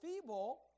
feeble